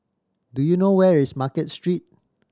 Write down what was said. do you know where is Market Street